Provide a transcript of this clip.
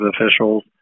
officials